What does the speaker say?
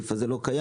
גם